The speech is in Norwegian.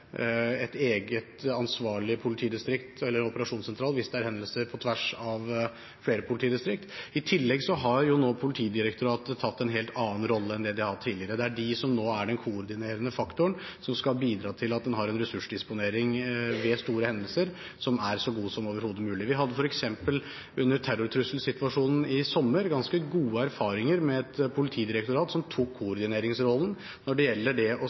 eget ansvarlig politidistrikt eller en egen operasjonssentral hvis det er hendelser på tvers av flere politidistrikt. I tillegg har Politidirektoratet nå tatt en helt annen rolle enn de har hatt tidligere. Det er de som nå er den koordinerende faktoren som skal bidra til at en har en ressursdisponering ved store hendelser som er så god som overhodet mulig. Vi hadde f.eks. under terrortrusselsituasjonen i sommer ganske gode erfaringer med et politidirektorat som tok koordineringsrollen når det gjelder å